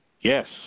Yes